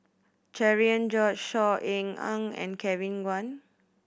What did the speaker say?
Cherian George Saw Ean Ang and Kevin Kwan